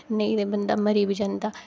नेईं ते बंदा मरी बी जंदा